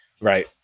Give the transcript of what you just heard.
Right